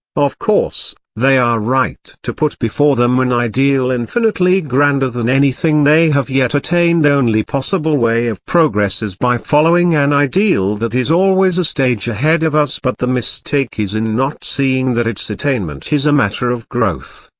of course, they are right to put before them an ideal infinitely grander than anything they have yet attained the only possible way of progress is by following an ideal that is always a stage ahead of us but the mistake is in not seeing that its attainment is a matter of growth,